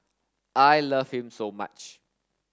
I love him so much